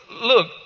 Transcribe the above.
look